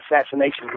assassination